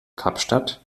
kapstadt